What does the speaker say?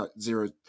zero